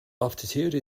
aptitude